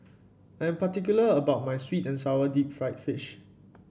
I'm particular about my sweet and sour Deep Fried Fish